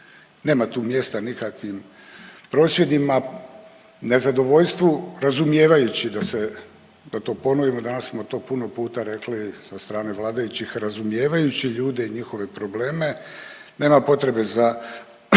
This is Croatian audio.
Nema tu mjesta nikakvim prosvjedima, nezadovoljstvu, razumijevajući da se da to ponovimo danas smo to puno puta rekli od strane vladajućih, razumijevajući ljude i njihove probleme. Nema potrebe za